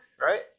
right